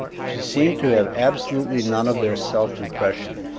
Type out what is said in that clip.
she seemed to have absolutely none of their self-repression.